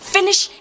Finish